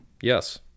yes